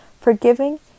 Forgiving